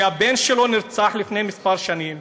שהבן שלו נרצח לפני כמה שנים,